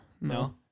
no